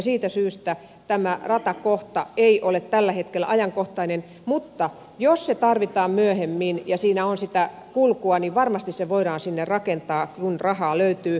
siitä syystä tämä ratakohta ei ole tällä hetkellä ajankohtainen mutta jos se tarvitaan myöhemmin ja siinä on sitä kulkua niin varmasti se voidaan sinne rakentaa kun rahaa löytyy